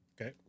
okay